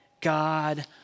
God